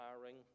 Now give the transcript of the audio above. firing